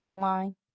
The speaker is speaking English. Line